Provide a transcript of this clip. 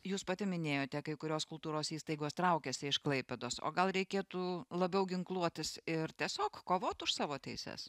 jūs pati minėjote kai kurios kultūros įstaigos traukiasi iš klaipėdos o gal reikėtų labiau ginkluotis ir tiesiog kovot už savo teises